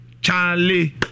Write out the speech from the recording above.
Charlie